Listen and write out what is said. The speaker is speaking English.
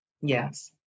yes